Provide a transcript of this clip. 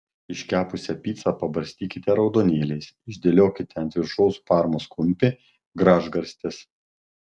iškepusią picą pabarstykite raudonėliais išdėliokite ant viršaus parmos kumpį gražgarstes